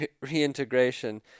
reintegration